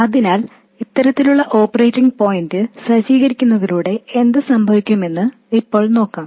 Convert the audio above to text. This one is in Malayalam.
അതിനാൽ ഇത്തരത്തിലുള്ള ഓപ്പറേറ്റിംഗ് പോയിന്റ് സജ്ജീകരിക്കുന്നതിലൂടെ എന്ത് സംഭവിക്കുമെന്ന് ഇപ്പോൾ നോക്കാം